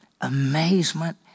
amazement